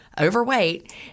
overweight